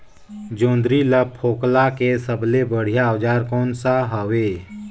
जोंदरी ला फोकला के सबले बढ़िया औजार कोन सा हवे?